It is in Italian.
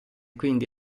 quindi